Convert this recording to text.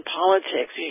politics